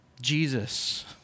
Jesus